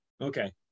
Okay